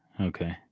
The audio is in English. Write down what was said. okay